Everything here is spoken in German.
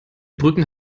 brücken